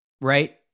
Right